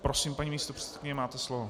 Prosím, paní místopředsedkyně, máte slovo.